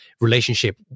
relationship